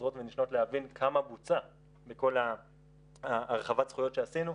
חוזרות ונשנות להבין כמה בוצע מכל הרחבת הזכויות שעשינו.